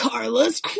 Carla's